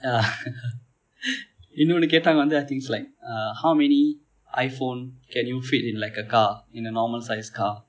ya இன்னொன்று கேட்டாங்க வந்து:innondru kettaanga vanthu I think is like uh how many iphone can you fit in like a car in a normal size car